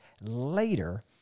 later